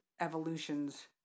evolutions